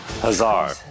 Hazard